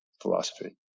philosophy